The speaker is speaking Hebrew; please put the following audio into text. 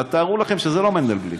אבל תארו לכם שזה לא מנדלבליט,